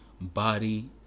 body